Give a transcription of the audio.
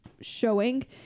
showing